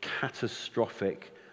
catastrophic